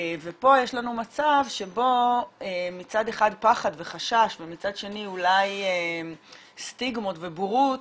ופה יש לנו מצב שבו מצד אחד פחד וחשש ומצד שני אולי סטיגמות ובורות